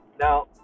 Now